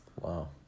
Wow